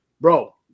Bro